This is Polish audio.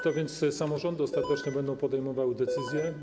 To więc samorządy ostatecznie będą podejmowały decyzje.